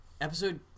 Episode